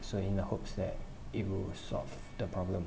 so in a hopes that it will solve the problem